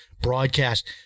broadcast